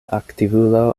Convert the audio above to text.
aktivulo